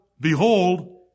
behold